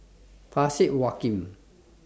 Parsick Joaquim